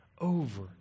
over